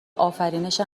آفرینش